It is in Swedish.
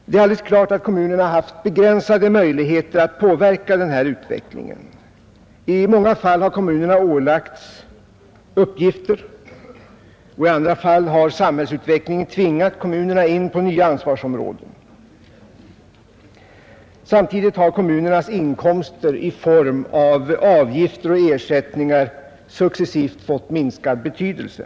Det är alldeles klart att kommunerna haft begränsade möjligheter att påverka denna utveckling. I många fall har kommunerna pålagts nya uppgifter och i andra fall har samhällsutvecklingen tvingat kommunerna in på nya ansvarsområden. Samtidigt har kommunernas inkomster i form av avgifter och ersättningar successivt fått minskad betydelse.